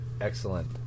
Excellent